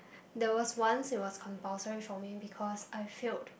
there was once it was compulsory for me because I failed